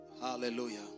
Hallelujah